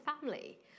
family